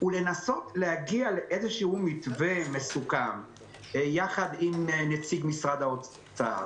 ולנסות להגיע לאיזשהו מתווה מסוכם ביחד עם נציג משרד האוצר,